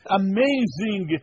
amazing